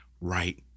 right